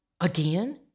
Again